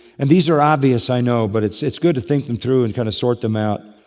and these are obvious, i know, but it's it's good to think them through and kind of sort them out.